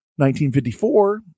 1954